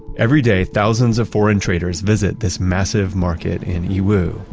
every day thousands of foreign traders visit this massive market in yiwu.